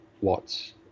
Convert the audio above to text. watts